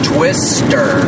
Twister